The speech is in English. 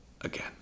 again